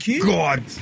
God